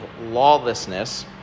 lawlessness